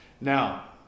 Now